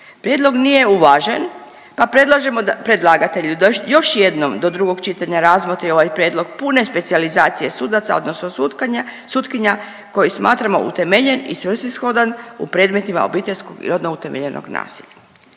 Prijedlog nije uvažen, pa predlažemo predlagatelju da još jednom do drugog čitanja razmotri ovaj prijedlog pune specijalizacije sudaca odnosno sutkinja koji smatramo utemeljen i svrsishodan u predmetima obiteljskog i rodno utemeljenog nasilja.